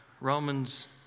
Romans